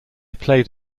played